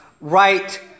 right